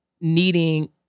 needing